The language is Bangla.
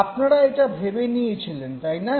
আপনারা এটা ভেবে নিয়েছিলেন তাই না